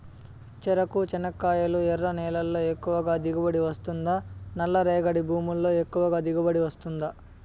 చెరకు, చెనక్కాయలు ఎర్ర నేలల్లో ఎక్కువగా దిగుబడి వస్తుందా నల్ల రేగడి భూముల్లో ఎక్కువగా దిగుబడి వస్తుందా